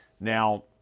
Now